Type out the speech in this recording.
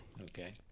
Okay